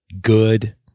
good